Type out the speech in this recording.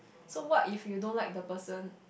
so what if you don't like the person